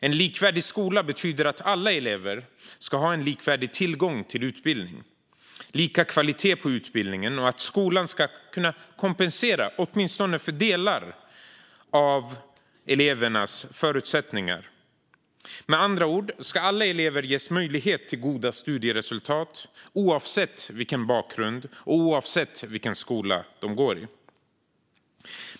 En likvärdig skola betyder att alla elever ska ha likvärdig tillgång till utbildning och lika kvalitet på utbildningen och att skolan ska kompensera för åtminstone delar av elevernas förutsättningar. Med andra ord ska alla elever ges möjlighet till goda studieresultat oavsett bakgrund och vilken skola de går i.